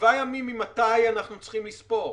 שבעה ימים ממתי אנחנו צריכים לספור?